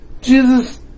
Jesus